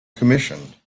commissioned